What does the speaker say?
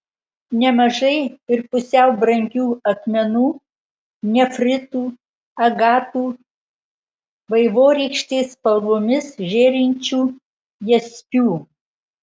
nemažai ir pusiau brangių akmenų nefritų agatų vaivorykštės spalvomis žėrinčių jaspių